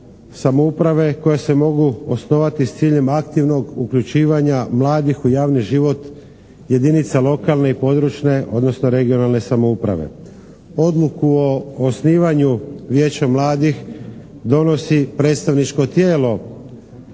samouprave koja se mogu osnovati s ciljem aktivnog uključivanja mladih u javni život jedinica lokalne i područne odnosno regionalne samouprave. Odluku o osnivanju vijeća mladih donosi predstavničko tijelo